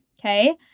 Okay